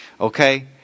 Okay